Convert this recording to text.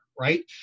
right